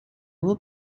will